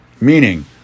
meaning